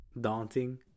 daunting